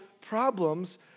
problems